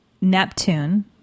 Neptune